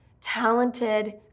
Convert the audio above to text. talented